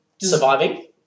surviving